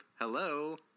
hello